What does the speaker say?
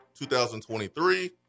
2023